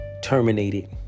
terminated